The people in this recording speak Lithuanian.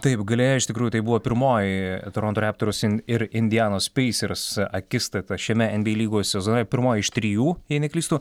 taip galėjo iš tikrųjų tai buvo pirmoji toronto reptors ir indianos peisers akistata šiame en by ei lygos sezone pirmoji iš trijų jei neklystu